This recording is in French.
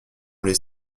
les